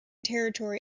territory